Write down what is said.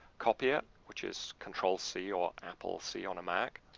copy it, which is control c or apple c on a mac.